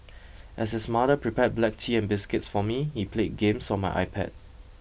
as his mother prepared black tea and biscuits for me he played games on my iPad